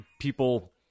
people